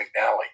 McNally